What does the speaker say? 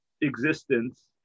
existence